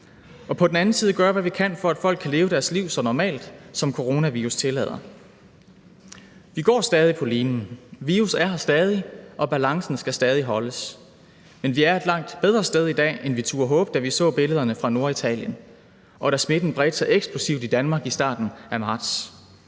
og på den anden side gøre, hvad vi kan, for at folk kan leve deres liv så normalt, som coronavirus tillader. Vi går stadig på linen. Virus er her stadig, og balancen skal stadig holdes. Men vi er et langt bedre sted i dag, end vi turde håbe, da vi så billederne fra Norditalien, og da smitten bredte sig eksplosivt i Danmark i starten af marts.